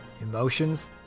emotions